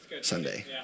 Sunday